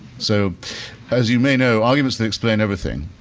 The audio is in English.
so as you may know arguments that explain everything,